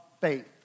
faith